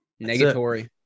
negatory